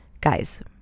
Guys